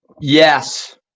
Yes